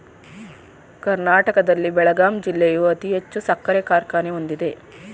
ಕರ್ನಾಟಕದಲ್ಲಿ ಬೆಳಗಾಂ ಜಿಲ್ಲೆಯು ಅತಿ ಹೆಚ್ಚು ಸಕ್ಕರೆ ಕಾರ್ಖಾನೆ ಹೊಂದಿದೆ